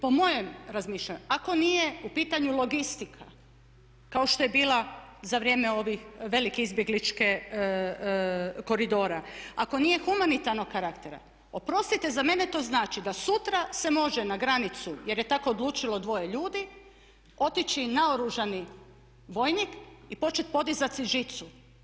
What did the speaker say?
Po mojem razmišljanju ako nije u pitanju logistika kao što je bila za vrijeme ove velikog izbjegličkog koridora, ako nije humanitarnog karaktera, oprostite za mene to znači da sutra se može na granicu, jer je tako odlučilo dvoje ljudi, otići naoružani vojnik i početi podizati si žicu.